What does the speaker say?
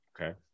okay